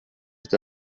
che